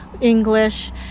English